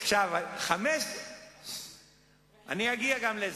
אני אגיע גם לזה.